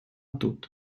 тут